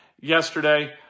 yesterday